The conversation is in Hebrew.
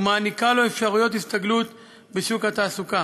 ומעניקה לו אפשרויות הסתגלות בשוק התעסוקה.